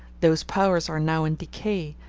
those powers are now in decay,